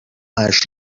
اشک